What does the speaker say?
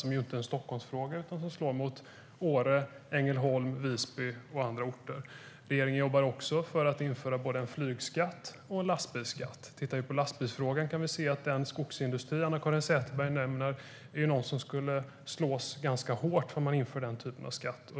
Det är ju inte en Stockholmsfråga utan något som slår mot Åre, Ängelholm, Visby och andra orter. Regeringen jobbar också för att införa både en flygskatt och en lastbilsskatt. Tittar vi på lastbilsfrågan kan vi se att den skogsindustri Anna-Caren Sätherberg nämner skulle drabbas ganska hårt om man införde den typen av skatt.